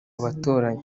baturanyi